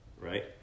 right